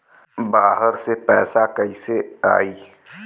बाहर से पैसा कैसे आई?